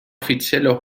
offizielle